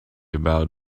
about